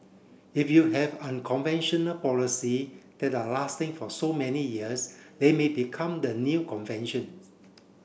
if you have unconventional policy that are lasting for so many years they may become the new conventions